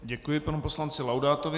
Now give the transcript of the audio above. Děkuji panu poslanci Laudátovi.